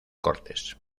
cortes